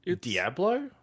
Diablo